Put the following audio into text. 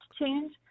change